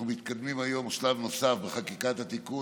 אנחנו מתקדמים היום שלב נוסף בחקיקת התיקון